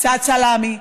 קצת סלמי,